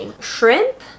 Shrimp